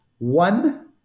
One